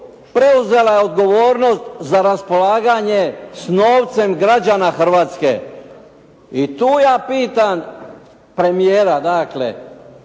preuzela je odgovornost za raspolaganje sa novcem građana Hrvatske. I tu ja pitam premijera dakle,